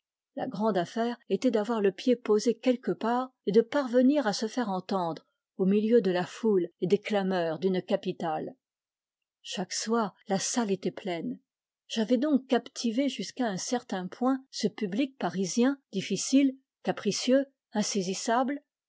la grande affaire est d'avoir le pied posé quelque part et de parvenir à se faire entendre au milieu de la foule et des clameurs d'une capitale chaque soir la salle était pleine j'avais donc captivé jusqu'à un certain point ce public parisien difficile capricieux insaisissable